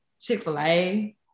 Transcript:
Chick-fil-A